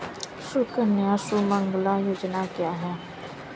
सुकन्या सुमंगला योजना क्या है?